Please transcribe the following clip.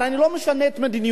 הרי אני לא משנה את מדיניותי.